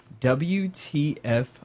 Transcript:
WTF